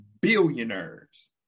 billionaires